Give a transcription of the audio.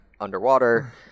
underwater